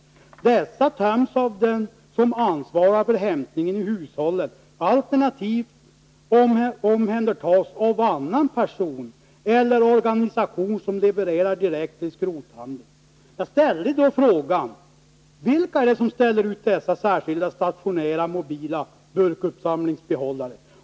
Dessa töms av den som ansvarar för hämtningen i hushållen alternativt omhändertas av annan person eller organisation som levererar direkt till skrothandeln.” Jag frågade då: Vilka är de som ställer ut dessa särskilda stationära och mobila burkuppsamlingsbehållare?